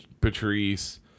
Patrice